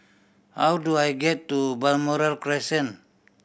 how do I get to Balmoral Crescent